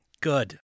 Good